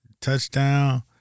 touchdown